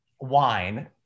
Wine